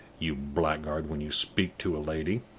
you blackguard, when you speak to a lady,